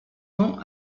nom